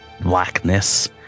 blackness